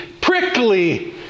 prickly